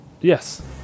Yes